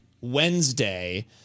Wednesday